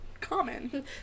common